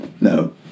No